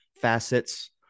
facets